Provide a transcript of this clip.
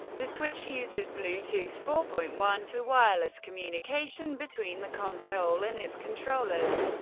the switch uses bluetooth four point one for wireless communication between the console and its controllers.